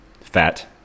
fat